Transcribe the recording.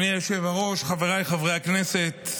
אדוני היושב-ראש, חבריי חברי הכנסת,